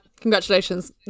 Congratulations